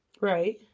Right